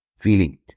Feeling